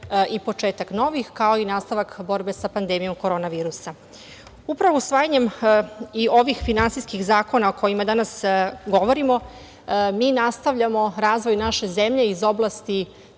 i početak novih, kao i nastavak borbe sa pandemijom korona virusa. Upravo usvajanjem i ovih finansijskih zakona o kojima danas govorimo mi nastavljamo razvoj naše zemlje iz oblasti